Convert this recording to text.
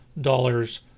dollars